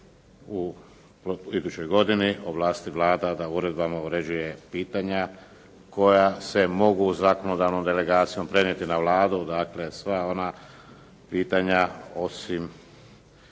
u idućoj godini, ovlasti Vlade da uredbama uređuje pitanja koja se mogu zakonodavnom delegacijom prenijeti na Vladu, dakle sva ona pitanja osim